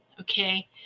Okay